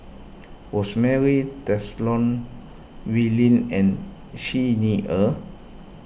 Rosemary Tessensohn Wee Lin and Xi Ni Er